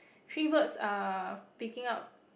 three words are picking up